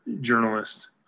journalist